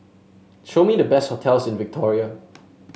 show me the best hotels in Victoria